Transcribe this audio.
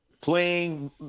playing